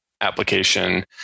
application